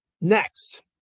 Next